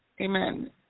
Amen